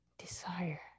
desire